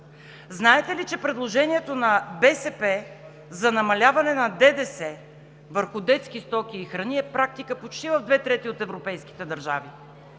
Знаете ли, че предложението на БСП за намаляване на ДДС върху детски стоки и храни е практика почти в две трети от европейските държави?